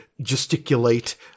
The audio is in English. gesticulate